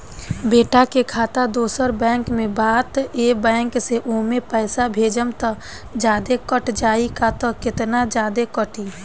बेटा के खाता दोसर बैंक में बा त ए बैंक से ओमे पैसा भेजम त जादे कट जायी का त केतना जादे कटी?